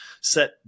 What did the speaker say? set